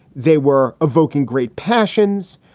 they were evoking great passions.